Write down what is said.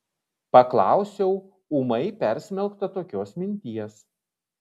paklausiau ūmai persmelkta tokios minties